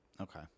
okay